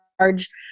large